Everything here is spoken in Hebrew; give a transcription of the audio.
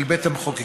של בית המחוקקים.